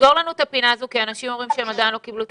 תסגור לנו את הפינה הזאת כי אנשים אומרים שהם עדיין לא קיבלו את